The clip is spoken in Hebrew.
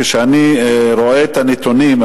כשאני רואה את הנתונים,